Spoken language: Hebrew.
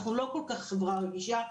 אנחנו לא כל כך חברה רגישה,